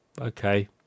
okay